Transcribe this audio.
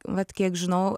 vat kiek žinau